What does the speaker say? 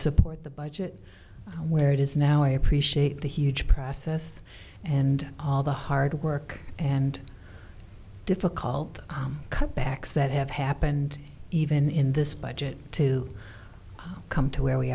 support the budget where it is now i appreciate the huge process and all the hard work and difficult cutbacks that have happened even in this budget to come to where we